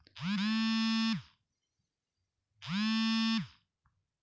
अंगूर से बनल शराब हर्जा ना करेला